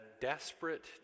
desperate